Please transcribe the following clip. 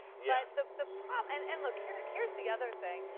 yeah the the prob and, and look, here's here's the other thing.